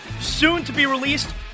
soon-to-be-released